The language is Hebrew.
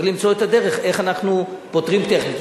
צריך למצוא את הדרך איך אנחנו פותרים טכנית.